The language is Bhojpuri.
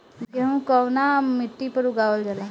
गेहूं कवना मिट्टी पर उगावल जाला?